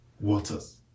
waters